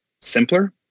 simpler